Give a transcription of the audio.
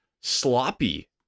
sloppy